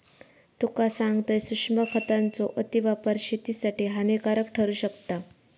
तुका सांगतंय, सूक्ष्म खतांचो अतिवापर शेतीसाठी हानिकारक ठरू शकता